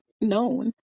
known